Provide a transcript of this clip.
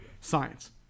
science